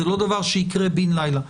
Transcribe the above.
זה לא דבר שיקרה בן לילה,